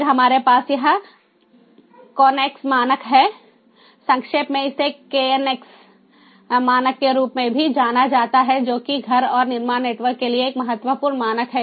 फिर हमारे पास यह कोन्नेक्स मानक है संक्षेप में इसे KNX मानक के रूप में भी जाना जाता है जो कि घर और निर्माण नेटवर्क के लिए एक महत्वपूर्ण मानक है